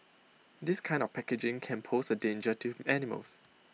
this kind of packaging can pose A danger to animals